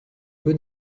peu